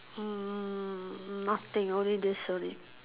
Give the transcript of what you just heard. uh nothing only this only